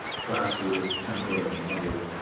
plaster, tempera and wire.